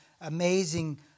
amazing